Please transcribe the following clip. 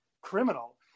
criminal